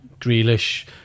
Grealish